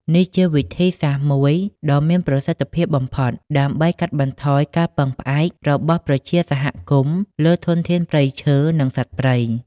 នេះជាវិធីសាស្ត្រមួយដ៏មានប្រសិទ្ធភាពបំផុត ដើម្បីកាត់បន្ថយការពឹងផ្អែករបស់ប្រជាសហគមន៍លើធនធានព្រៃឈើ និងសត្វព្រៃ។